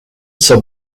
zur